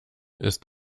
ist